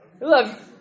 Love